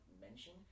mention